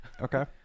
okay